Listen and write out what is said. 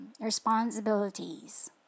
responsibilities